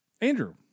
Andrew